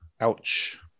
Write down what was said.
Ouch